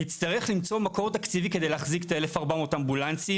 נצטרך למצוא מקור תקציבי כדי להחזיק את 1,400 האמבולנסים,